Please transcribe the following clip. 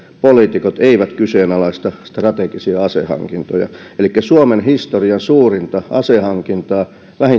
poliitikot eivät kyseenalaista strategisia asehankintoja elikkä suomen historian suurinta asehankintaa